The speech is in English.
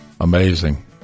amazing